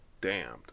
damned